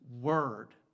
Word